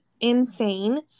insane